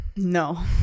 No